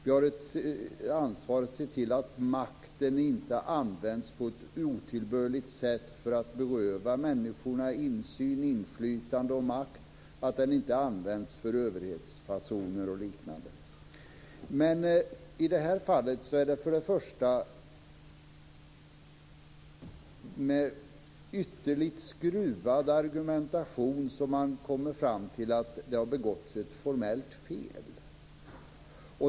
Vi har ansvar att se till att makten inte används på ett otillbörligt sätt för att beröva människorna insyn och inflytande samt att den inte används för överhetsfasoner och liknande. Men i det här fallet är det först och främst med ytterligt skruvad argumentation man kommer fram till att det har begåtts ett formellt fel.